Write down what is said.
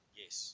yes